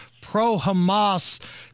pro-Hamas